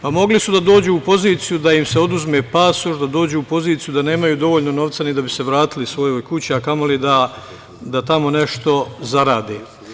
Pa, mogli su da dođu u poziciju da im se oduzme pasoš, da dođu u poziciju da nemaju dovoljno novca ni da bi se vratili svojoj kući, a kamoli da tamo nešto zarade.